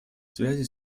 связи